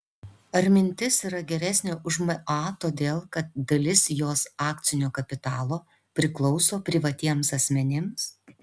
ar mintis yra geresnė už ma todėl kad dalis jos akcinio kapitalo priklauso privatiems asmenims